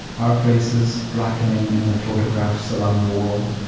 our faces blackening in the photographs along the wall.